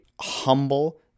humble